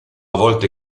volte